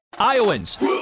Iowans